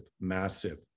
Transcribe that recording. massive